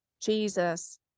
Jesus